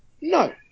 No